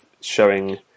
showing